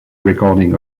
recording